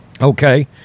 Okay